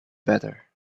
better